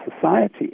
society